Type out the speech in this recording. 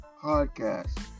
podcast